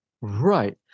Right